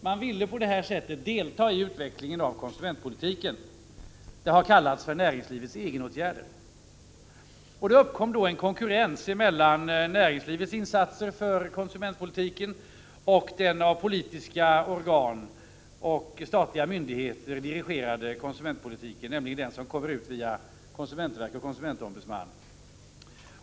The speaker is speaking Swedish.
Man ville på detta sätt delta i utvecklingen av konsumentpolitiken. Det har kallats näringslivets egenåtgärder. Då uppkom en konkurrens mellan näringslivets insatser för konsumentpolitiken och den av politiska organ och statliga myndigheter dirigerade konsumentpolitiken, alltså den som kommer ut via konsumentverk och konsumentombudsman.